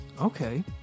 Okay